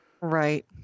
Right